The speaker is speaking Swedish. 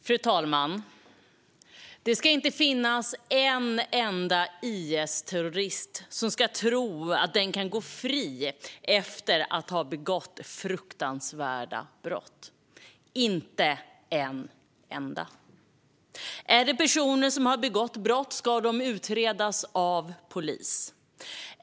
Fru talman! Det ska inte finnas en enda IS-terrorist som ska tro att den kan gå fri efter att ha begått fruktansvärda brott - inte en enda. Är det personer som har begått brott ska dessa utredas av polis.